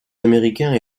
américains